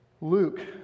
Luke